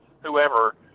whoever